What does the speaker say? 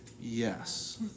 yes